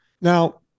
Now